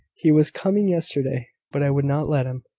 he was coming yesterday, but i would not let him.